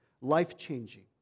life-changing